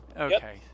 Okay